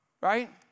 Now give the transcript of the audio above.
right